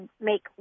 make